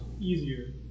easier